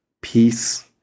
peace